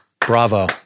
Bravo